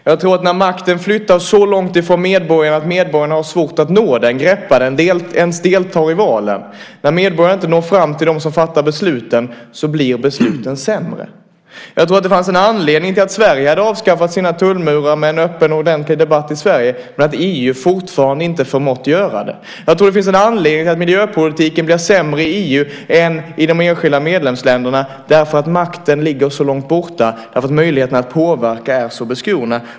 Jag tror att när makten flyttar så långt från medborgarna att medborgarna har svårt att nå den, greppa den eller ens delta i valen och inte når fram till dem som fattar besluten blir besluten sämre. Jag tror att det fanns en anledning till att Sverige hade avskaffat sina tullmurar med en öppen och ordentlig debatt i Sverige men att EU fortfarande inte förmått göra det. Jag tror att det finns en anledning till att miljöpolitiken blir sämre i EU än i de enskilda medlemsländerna därför att makten ligger så långt bort och därför att möjligheterna att påverka är så beskurna.